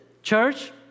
Church